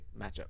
matchup